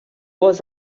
was